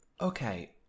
Okay